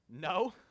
no